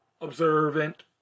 observant